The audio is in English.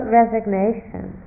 resignation